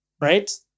Right